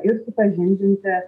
ir supažindinti